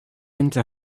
into